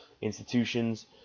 institutions